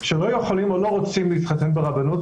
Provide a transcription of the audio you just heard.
שלא יכולים או לא רוצים להתחתן ברבנות,